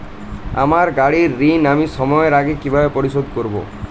আমার গাড়ির ঋণ আমি সময়ের আগে কিভাবে পরিশোধ করবো?